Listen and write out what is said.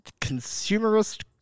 consumerist